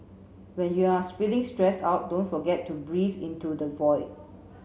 when you are feeling stress out don't forget to breathe into the void